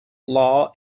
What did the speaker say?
law